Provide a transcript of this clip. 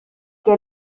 que